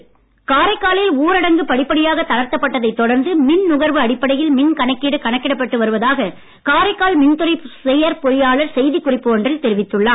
காரைக்கால் மின்கட்டணம் காரைக்காலில் ஊரடங்கு படிப்படியாக தளர்த்தப்பட்டதை தொடர்ந்து மின் நுகர்வு அடிப்படையில் மின் கணக்கீடு கணக்கிடப்பட்டு வருவதாக காரைக்கால் மின்துறை செயற்பொறியாளர் செய்திக்குறிப்பு ஒன்றில் தெரிவித்துள்ளார்